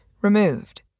removed